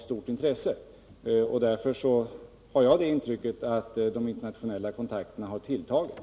Jag har intrycket att de internationella kontakterna har tilltagit.